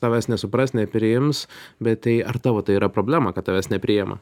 tavęs nesupras nepriims bet tai ar tavo tai yra problema kad tavęs nepriėma